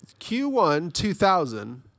Q1-2000